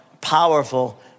powerful